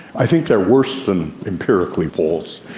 i think they're worse than empirically false.